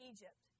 Egypt